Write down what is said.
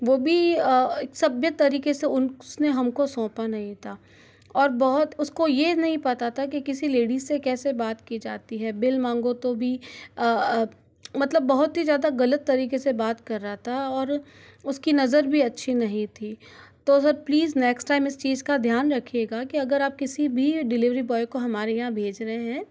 वो भी सभ्य तरीके से उसने हमको सौंपा नहीं था और बहुत उसको ये नहीं पता था कि किसी लेडी से कैसे बात की जाती है बिल माँगों तो भी मतलब बहुत ही ज़्यादा गलत तरीके से बात कर रहा था और उसकी नजर भी अच्छी नहीं थी तो सर प्लीज नेक्स्ट टाइम इस चीज़ का ध्यान रखिएगा कि अगर आप किसी भी डिलेवरी बॉय को हमारे यहाँ भेज रहे हैं